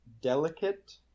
delicate